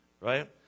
Right